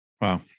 Wow